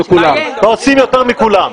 אנחנו עושים יותר מכולם.